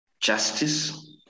justice